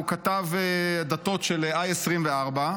הוא כתב דתות של i24,